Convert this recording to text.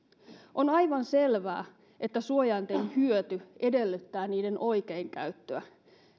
on aivan selvää että suojainten hyöty edellyttää niiden oikeinkäyttöä